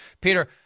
Peter